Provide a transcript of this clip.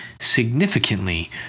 significantly